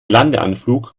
landeanflug